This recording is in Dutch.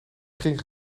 kring